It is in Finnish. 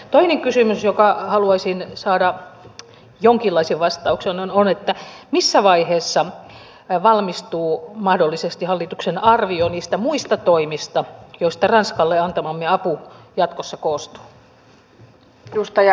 toinen kysymys johon haluaisin saada jonkinlaisen vastauksen on että missä vaiheessa valmistuu mahdollisesti hallituksen arvio niistä muista toimista joista ranskalle antamamme apu jatkossa koostuu